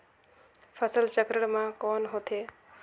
फसल चक्रण मा कौन होथे?